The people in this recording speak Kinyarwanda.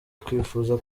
twifuza